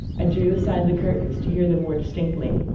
i drew aside the curtains, to hear them more distinctly.